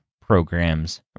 programs